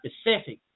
specific